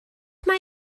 mae